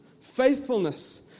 faithfulness